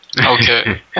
okay